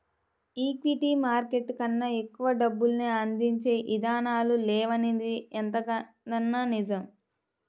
equity market కన్నా ఎక్కువ డబ్బుల్ని అందించే ఇదానాలు లేవనిది ఎంతకాదన్నా నిజం